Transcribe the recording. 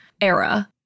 era